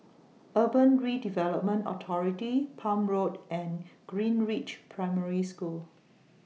Urban Redevelopment Authority Palm Road and Greenridge Primary School